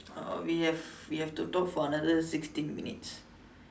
uh we have we have to talk for another sixteen minutes